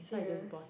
serious